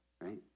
right